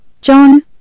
John